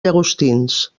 llagostins